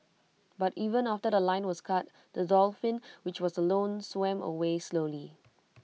but even after The Line was cut the dolphin which was alone swam away slowly